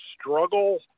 struggle